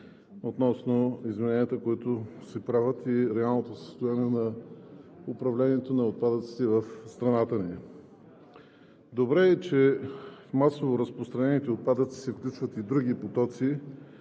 относно измененията, които се правят и реалното състояние на управлението на отпадъците в страната ни. Добре е, че в масово разпространените отпадъци се включват и други потоци,